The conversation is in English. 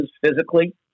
physically